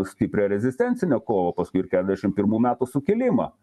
stiprią rezistencinę kovą paskui ir keturiasdešim pirmų metų sukilimą